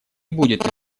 будет